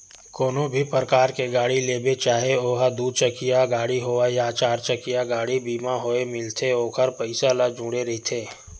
कोनो भी परकार के गाड़ी लेबे चाहे ओहा दू चकिया गाड़ी होवय या चरचकिया होवय बीमा होय मिलथे ओखर पइसा ह जुड़े रहिथे